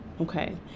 okay